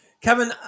Kevin